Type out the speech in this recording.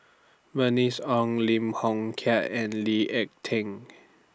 Bernice Ong Lim Hng Kiang and Lee Ek Tieng